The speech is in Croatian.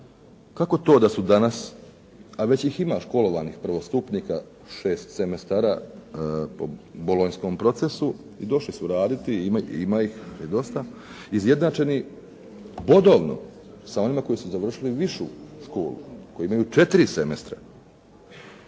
kako to da su danas, a već ih ima školovanih prvostupnika, šest semestara po Bolonjskom procesu i došli su raditi i ima ih dosta, izjednačen bodovno sa onima koji su završili višu školu, koji imaju četiri semestra.